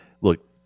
Look